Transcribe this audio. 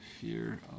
fear